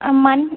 மண்